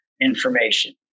information